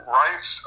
rights